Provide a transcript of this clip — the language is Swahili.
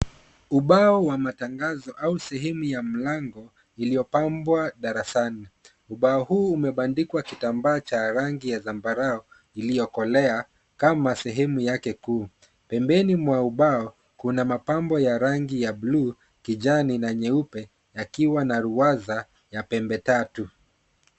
Ubao wa matangazo au sehemu ya mlango iliyopambwa darasani. Ubao huu umebandikwa kitambaa cha rangi ya zambarau iliyokolea kama sehemu yake kuu. Pembeni mwa ubao, kuna mapambo ya rangi ya bluu, kijani na nyeupe yakiwa na ruwaza ya pembe tatu.